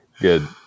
Good